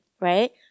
right